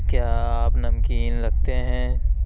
کیا آپ نمکین لگتے ہیں